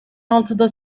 altıda